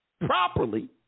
properly